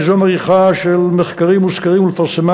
ליזום עריכה של מחקרים וסקרים ולפרסמם